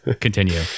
Continue